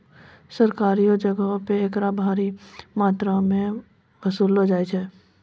सरकारियो जगहो पे एकरा भारी मात्रामे वसूललो जाय छै